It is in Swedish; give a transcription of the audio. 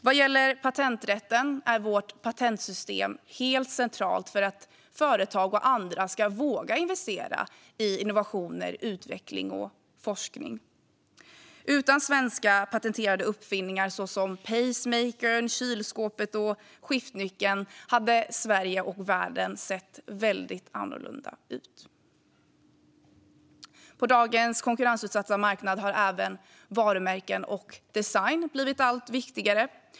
Vad gäller patenträtten är vårt patentsystem helt centralt för att företag och andra ska våga investera i innovationer, utveckling och forskning. Utan svenska patenterade uppfinningar såsom pacemakern, kylskåpet och skiftnyckeln hade Sverige och världen sett väldigt annorlunda ut. På dagens konkurrensutsatta marknad har även varumärken och design blivit allt viktigare.